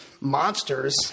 monsters